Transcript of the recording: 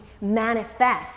manifest